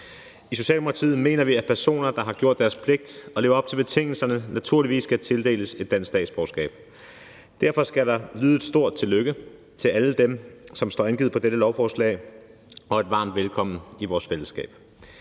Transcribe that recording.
I Socialdemokratiet mener vi, at personer, der har gjort deres pligt og levet op til betingelserne, naturligvis skal tildeles et dansk statsborgerskab. Derfor skal der lyde et stort tillykke til alle dem, som står angivet på dette lovforslag, og et varmt velkommen i vores fællesskab.